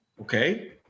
Okay